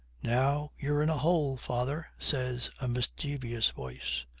now you're in a hole, father says a mischievous, voice.